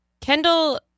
Kendall